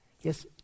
Yes